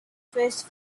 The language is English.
first